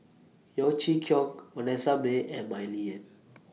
Yeo Chee Kiong Vanessa Mae and Mah Li Lian